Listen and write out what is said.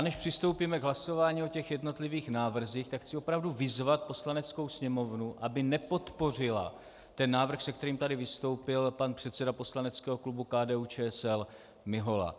Než přistoupíme k hlasování o jednotlivých návrzích, chci opravdu vyzvat Poslaneckou sněmovnu, aby nepodpořila návrh, se kterým tady vystoupil pan předseda poslaneckého klubu KDUČSL Mihola.